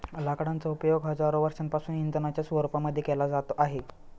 लाकडांचा उपयोग हजारो वर्षांपासून इंधनाच्या रूपामध्ये केला जात आहे